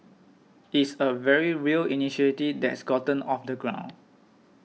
it's a very real initiative that's gotten off the ground